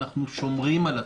אנחנו שומרים על הציבור,